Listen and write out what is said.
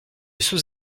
sous